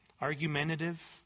argumentative